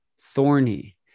thorny